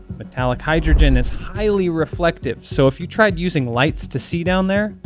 metallic hydrogen is highly reflective, so if you tried using lights to see down there,